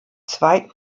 zweiten